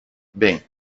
bem